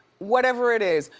whatever it is.